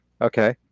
Okay